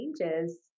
changes